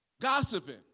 Gossiping